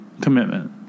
Commitment